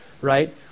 Right